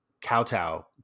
kowtow